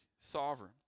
sovereign